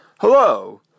Hello